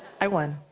i won.